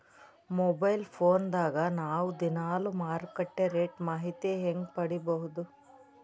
Mobile phone ದಾಗ ನಾವು ದಿನಾಲು ಮಾರುಕಟ್ಟೆ ರೇಟ್ ಮಾಹಿತಿ ಹೆಂಗ ಪಡಿಬಹುದು?